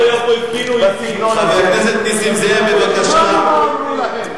חבר הכנסת עפו אגבאריה.